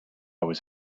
was